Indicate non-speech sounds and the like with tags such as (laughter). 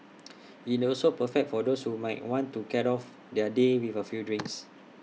(noise) IT also perfect for those who might want to cat off their day with A few drinks (noise)